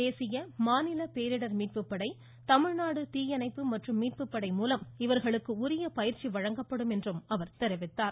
தேசிய மாநில பேரிடர் மீட்பு படை தமிழ்நாடு தீயணைப்பு மற்றும் மீட்பு படை மூலம் இவர்களுக்கு உரிய பயிற்சி வழங்கப்படும் என்றும் தெரிவித்தார்